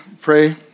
pray